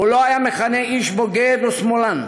הוא לא היה מכנה איש "בוגד" או "שמאלן",